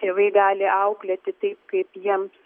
tėvai gali auklėti taip kaip jiems